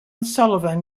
sullivan